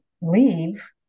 leave